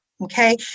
okay